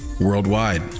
worldwide